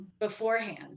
beforehand